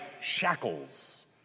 shackles